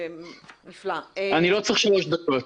אני לא צריך שלוש דקות.